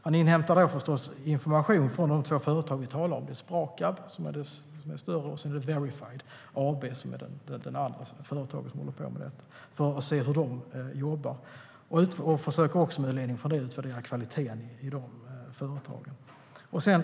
Han inhämtar då förstås information från de två företagen Sprakab och Verified AB för att se hur de jobbar, och med ledning av detta ska han utvärdera kvaliteten i dessa företags verksamhet.